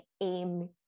aim